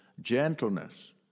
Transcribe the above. gentleness